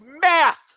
math